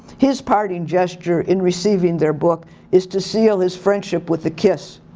his parting gesture in receiving their book is to seal his friendship with a kiss.